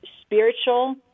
spiritual